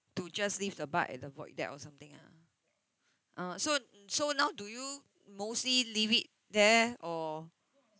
to just leave the bike at the void deck or something ah uh so so now do you mostly leave it there or